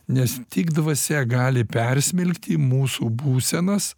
nes tik dvasia gali persmelkti mūsų būsenas